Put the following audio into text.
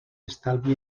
estalvi